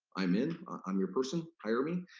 i'm in, i'm your person, hire me,